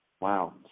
Wow